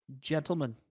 gentlemen